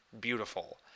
beautiful